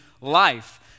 life